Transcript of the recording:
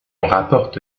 rapporte